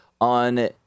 on